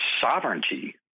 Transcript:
sovereignty